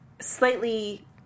slightly